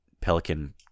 Pelican